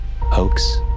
Hoax